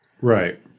Right